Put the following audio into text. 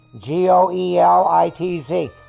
G-O-E-L-I-T-Z